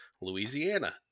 Louisiana